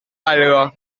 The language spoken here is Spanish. algo